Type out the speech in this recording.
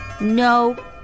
No